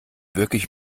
wirklich